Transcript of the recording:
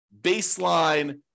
baseline